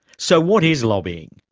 so what is lobbying?